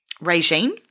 regime